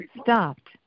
stopped